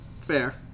Fair